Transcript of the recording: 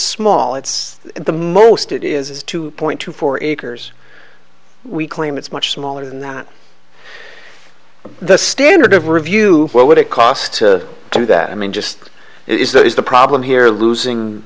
small it's the most it is two point two four acres we claim it's much smaller than that of the standard of review what would it cost to do that i mean just it is that is the problem here losing